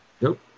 Nope